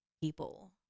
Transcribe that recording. people